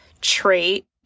trait